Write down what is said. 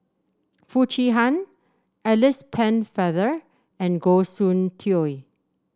Foo Chee Han Alice Pennefather and Goh Soon Tioe